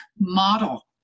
model